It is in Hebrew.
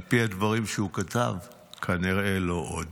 על פי הדברים שהוא כתב, כנראה, לא עוד.